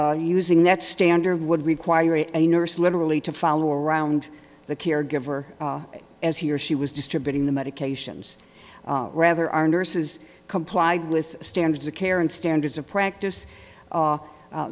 but using that standard would require a nurse literally to follow around the caregiver as he or she was distributing the medications rather our nurses complied with standards of care and standards of practice